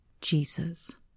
Jesus